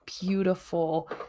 beautiful